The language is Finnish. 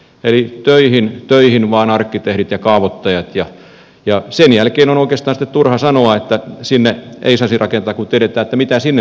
eli töihin vain arkkitehdit ja kaavoittajat ja sen jälkeen on oikeastaan sitten turha sanoa että sinne ei saisi rakentaa kun tiedetään mitä sinne saa rakentaa